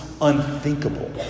unthinkable